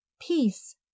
Peace